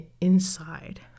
inside